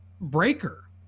breaker